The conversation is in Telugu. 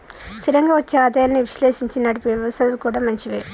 స్థిరంగా వచ్చే ఆదాయాలను విశ్లేషించి నడిపే వ్యవస్థలు కూడా మంచివే